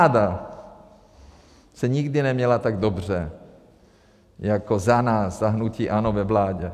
A armáda se nikdy neměla tak dobře jako za nás, za hnutí ANO ve vládě.